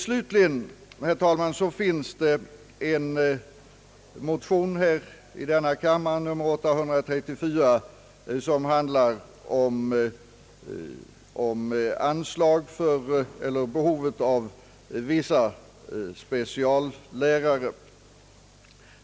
Slutligen, herr talman, finns det en motion i denna kammare, nr 834, som handlar om behovet av vissa speciallärare.